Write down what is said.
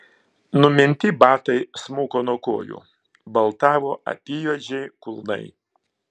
numinti batai smuko nuo kojų baltavo apyjuodžiai kulnai